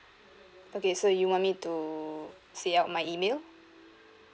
okay so you want me to say out my email